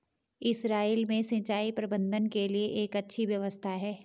Israel में सिंचाई प्रबंधन के लिए एक अच्छी व्यवस्था है